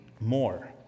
more